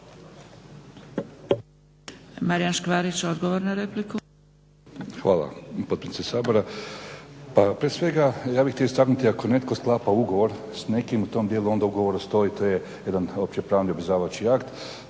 **Škvarić, Marijan (HNS)** Hvala potpredsjednice Sabora. Pa prije svega ja bi htio istaknuti ako netko sklapa ugovor s nekim u tom dijelu onda ugovor stoji, to je jedan opće pravni … akt,